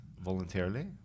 voluntarily